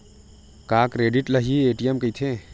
का क्रेडिट ल हि ए.टी.एम कहिथे?